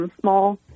small